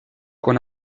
con